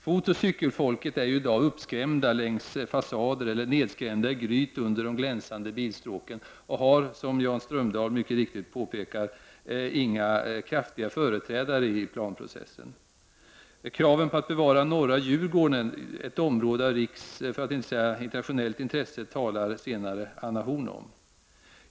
Fotoch cykelfolket är ju i dag uppskrämda längs fasader eller nedskrämda i gryt under de glänsande bilstråken och har, som Jan Strömdahl mycket riktigt påpekar, inga kraftiga företrädare i planprocessen. Kraven att bevara norra Djurgården, ett område av riksintresse för att inte säga av internationellt intresse, kommer Anna Horn att tala om.